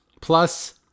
Plus